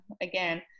again